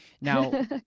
now